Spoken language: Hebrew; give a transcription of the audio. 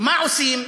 מה עושים?